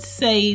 say